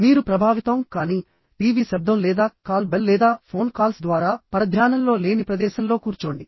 మీరు ప్రభావితం కాని టీవీ శబ్దం లేదా కాల్ బెల్ లేదా ఫోన్ కాల్స్ ద్వారా పరధ్యానంలో లేని ప్రదేశంలో కూర్చోండి